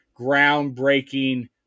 groundbreaking